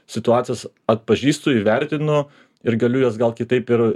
situacijas atpažįstu įvertinu ir galiu juos gal kitaip ir